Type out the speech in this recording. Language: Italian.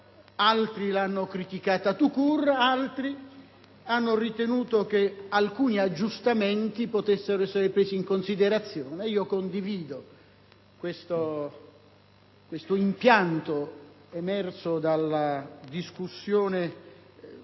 altri l'hanno criticata *tout court* ed altri ancora hanno ritenuto che alcuni aggiustamenti potessero essere presi in considerazione. Condivido l'impianto emerso dalla discussione